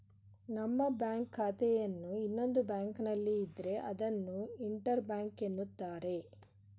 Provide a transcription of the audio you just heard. ನಮ್ಮ ಬ್ಯಾಂಕ್ ಖಾತೆಯನ್ನು ಇನ್ನೊಂದು ಬ್ಯಾಂಕ್ನಲ್ಲಿ ಇದ್ರೆ ಅದನ್ನು ಇಂಟರ್ ಬ್ಯಾಂಕ್ ಎನ್ನುತ್ತಾರೆ